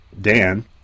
Dan